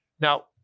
Now